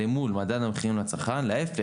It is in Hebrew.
שאחר כך גמלאי צה"ל אימצו ואימצו מרצון,